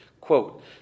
Quote